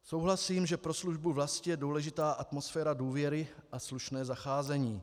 Souhlasím, že pro službu vlasti je důležitá atmosféra důvěry a slušné zacházení.